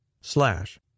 slash